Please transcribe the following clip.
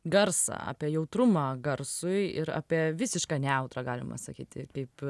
garsą apie jautrumą garsui ir apie visišką nejautrą galima sakyti kaip